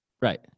right